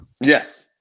yes